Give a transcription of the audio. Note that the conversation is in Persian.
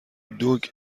دوگ